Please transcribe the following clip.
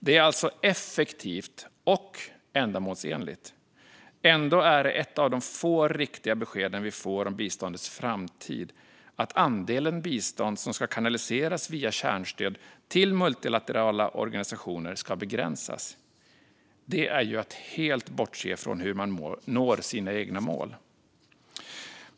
Det är alltså effektivt och ändamålsenligt. Ändå är ett av de få riktiga besked vi får om biståndets framtid att andelen bistånd som kanaliseras via kärnstöd till multilaterala organisationer ska begränsas. Det är ju att helt bortse från hur man når sina egna mål.